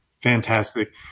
Fantastic